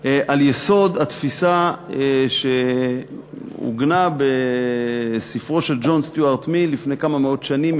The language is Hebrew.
על יסוד התפיסה שעוגנה בספרו של ג'ון סטיוארט מיל לפני כמה מאות שנים,